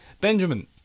Benjamin